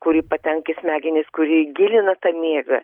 kuri patenka į smegenis kuri gilina tą miegą